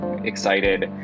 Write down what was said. excited